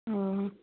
ହଁ